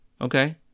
Okay